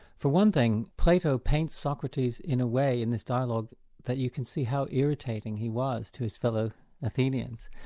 for one thing plato paints socrates in a way in this dialogue that you can see how irritating he was to his fellow athenians.